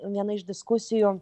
viena iš diskusijų